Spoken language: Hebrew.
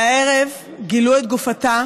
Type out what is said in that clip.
והערב גילו את גופתה